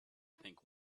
think